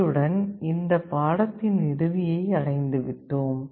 இத்துடன் இந்த பாடத்தின் இறுதியை அடைந்துவிட்டோம்